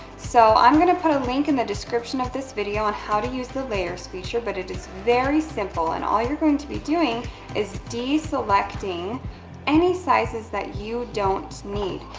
so, i'm gonna put a link in the description of this video on how to use the layers feature, but it is very simple. and all you're going to be doing is deselecting any sizes that you don't need.